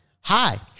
Hi